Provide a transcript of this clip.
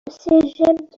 cégep